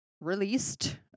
released